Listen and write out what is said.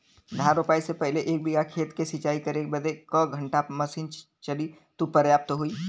धान रोपाई से पहिले एक बिघा खेत के सिंचाई करे बदे क घंटा मशीन चली तू पर्याप्त होई?